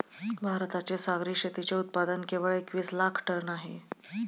भारताचे सागरी शेतीचे उत्पादन केवळ एकवीस लाख टन आहे